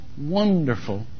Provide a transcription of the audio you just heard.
wonderful